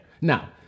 Now